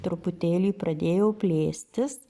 truputėlį pradėjo plėstis